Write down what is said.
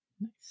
Nice